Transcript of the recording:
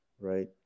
right